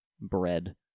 Bread